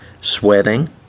sweating